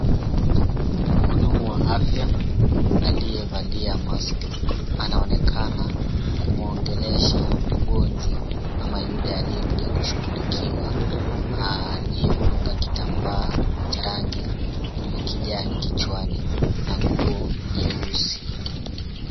Mhudumu wa afya aliyevalia mask anaonekana kumuongelesha mgonjwa ama yule aliyekuja kushughulikiwa aliyefunga kitambaa cha rangi ya kijani kichwani na nguo nyeusi.